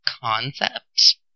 concept